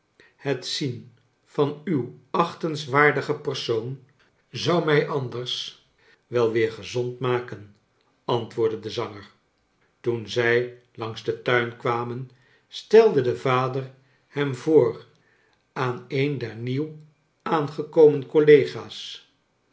het zien van uw achtenswaardige per soon zou mij anders wel weer gezond maken antwoordde de zanger toen zij langs den tuin kwamen stele de vader hem voor aan een der nieuw aangekomen collega's